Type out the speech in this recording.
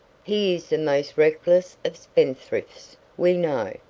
he is the most reckless of spend-thrifts, we know,